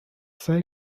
سعی